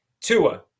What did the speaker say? Tua